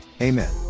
Amen